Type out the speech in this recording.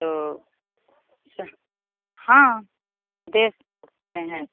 तो अच्छा हाँ देखते हैं